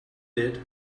did